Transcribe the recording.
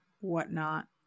whatnot